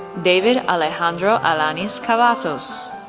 david alejandro alanis cavazos,